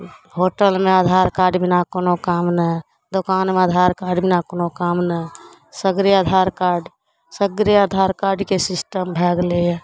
उँह होटलमे आधार कार्ड बिना कोनो काम नहि दोकानमे आधार कार्ड बिना कोनो काम नहि सगरे आधार कार्ड सगरे आधार कार्डके सिस्टम भए गेलैए